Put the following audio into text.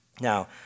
Now